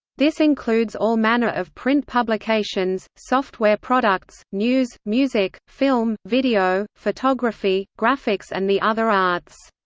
this includes all manner of print publications, software products, news, music, film, video, photography, graphics and the other arts.